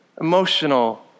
emotional